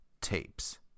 tapes